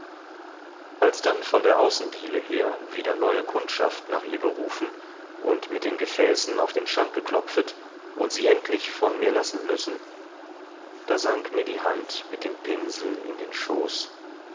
als dann von der außendiele her wieder neue kundschaft nach ihr gerufen und mit den gemäßen auf den schank geklopfet und sie endlich von mir lassen müssen da sank mir die hand mit dem pinsel in den schoß